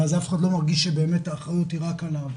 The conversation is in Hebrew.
ואז אף אחד לא מרגיש שבאמת האחריות היא רק עליו,